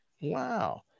Wow